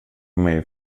mig